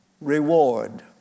reward